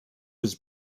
his